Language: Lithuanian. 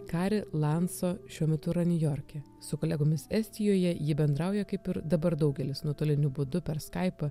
kari lanso šiuo metu yra niujorke su kolegomis estijoje ji bendrauja kaip ir dabar daugelis nuotoliniu būdu per skaipą